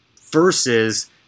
versus